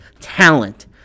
talent